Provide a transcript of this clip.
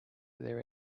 their